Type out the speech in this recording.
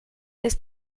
ist